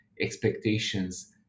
expectations